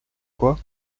quoi